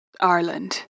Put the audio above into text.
Ireland